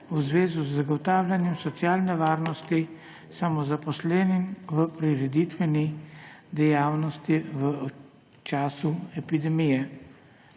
v zvezi z zagotavljanjem socialne varnosti samozaposlenim v prireditveni dejavnosti v času epidemije.